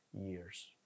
years